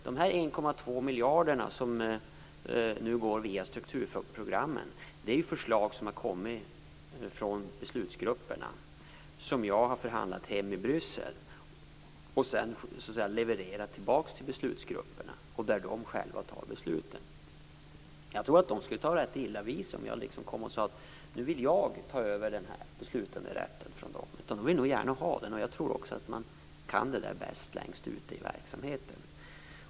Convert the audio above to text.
De 1,2 miljarder som nu går via strukturfondsprogrammen är förslag som har kommit från beslutsgrupperna och som jag har förhandlat hem i Bryssel och sedan levererat tillbaka till beslutsgrupperna. De tar själva besluten. Jag tror att de skulle ta rätt illa vid sig om jag sade att jag nu vill ta över beslutanderätten från dem. De vill nog gärna ha den. Jag tror också att man kan detta bäst längst ute i verksamheten.